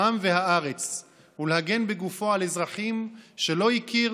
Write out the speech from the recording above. העם והארץ ולהגן בגופו על אזרחים שלא הכיר